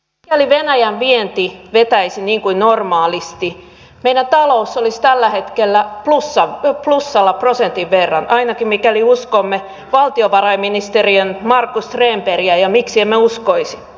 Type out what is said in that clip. mikäli venäjän vienti vetäisi niin kuin normaalisti meidän talous olisi tällä hetkellä plussalla prosentin verran ainakin mikäli uskomme valtiovarainministeriön markku stenborgia ja miksi emme uskoisi